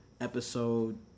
Episode